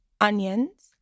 onions